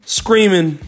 screaming